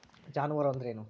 ಜಾನುವಾರು ಅಂದ್ರೇನು?